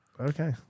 Okay